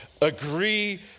agree